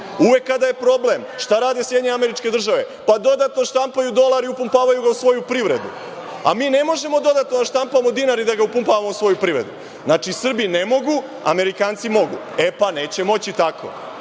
Uvek kada je problem, šta rade SAD? Pa, dodatno štampaju dolar i upumpavaju ga u svoju privredu, a mi ne možemo dodatno da štampamo dinar i da ga upumpavamo u svoju privredu. Znači, Srbi ne mogu, a Amerikanci mogu. E, pa neće moći tako!